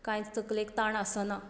कांयच तकलेक ताण आसना